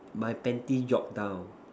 my panties drop down